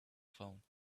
phone